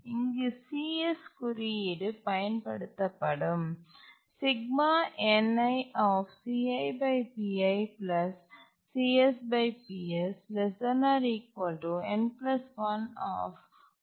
இங்கு cs குறியீடு பயன்படுத்தப்படும்